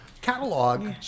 catalog